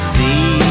see